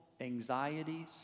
anxieties